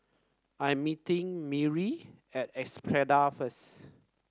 I am meeting Maury at Espada first